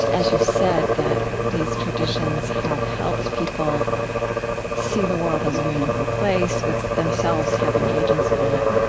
as you said, that these traditions have helped people see the world as a meaningful place with themselves having agency in it.